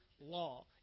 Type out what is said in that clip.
law